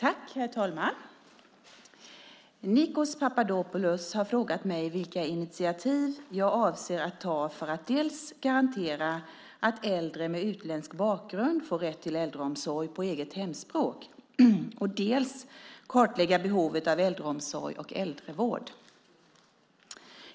Herr talman! Nikos Papadopoulos har frågat mig vilka initiativ jag avser att ta för att dels garantera att äldre med utländsk bakgrund får rätt till äldreomsorg på eget hemspråk, dels kartlägga behovet av äldreomsorg och äldrevård.